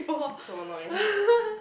so annoying